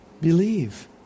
Believe